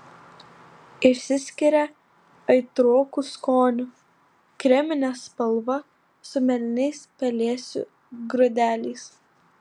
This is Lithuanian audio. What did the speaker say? išsiskiria aitroku skoniu kremine spalva su mėlynais pelėsių grūdeliais